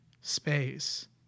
space